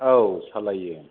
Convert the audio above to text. औ सालायो